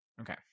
Okay